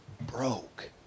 broke